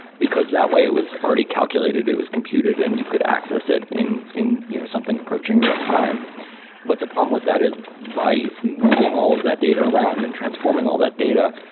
because that way, it was already calculated, it was computed and you could access it in in you know something approaching real-time but the problem with that is by moving all of that data around and transforming all that data,